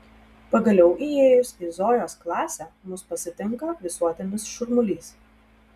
pagaliau įėjus į zojos klasę mus pasitinka visuotinis šurmulys